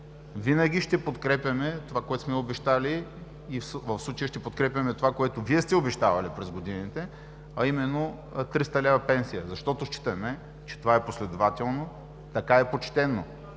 винаги ще подкрепяме онова, което сме обещали. В случая ще подкрепяме това, което Вие сте обещавали през годините, а именно 300 лв. пенсия, защото считаме, че това е последователно. Така е почтено.